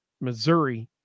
Missouri